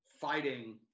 fighting